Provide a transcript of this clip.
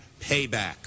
payback